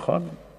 נכון.